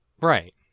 Right